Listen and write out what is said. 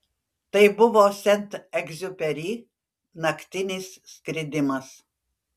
tai buvo sent egziuperi naktinis skridimas